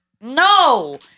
No